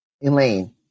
Elaine